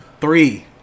three